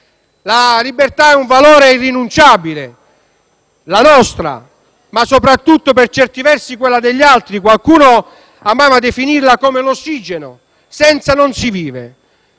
la libertà è un valore irrinunciabile: la nostra, ma soprattutto, per certi versi, quella degli altri. Qualcuno amava definirla come l'ossigeno: senza non si vive.